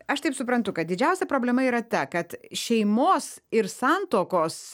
aš taip suprantu kad didžiausia problema yra ta kad šeimos ir santuokos